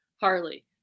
Harley